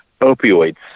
opioids